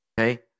Okay